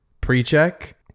pre-check